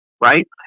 right